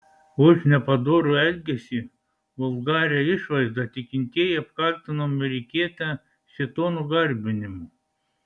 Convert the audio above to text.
už nepadorų elgesį vulgarią išvaizdą tikintieji apkaltino amerikietę šėtono garbinimu